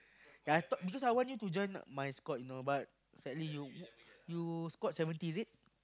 yea I talk because I want you to join my squad you know but sadly you you squad seventy is it